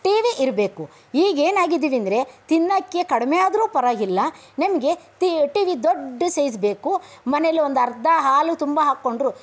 T V ಇರಬೇಕು ಈಗೇನಾಗಿದ್ದೀವೆಂದ್ರೆ ತಿನ್ನೋಕೆ ಕಡಿಮೆ ಆದರೂ ಪರವಾಗಿಲ್ಲ ನನಗೆ ಟಿವ್ ಟಿ ವಿ ದೊಡ್ಡ ಸೈಝ್ ಬೇಕು ಮನೆಯಲ್ಲಿ ಒಂದು ಅರ್ಧ ಹಾಲು ತುಂಬ ಹಾಕೊಂಡ್ರು